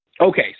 Okay